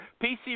PC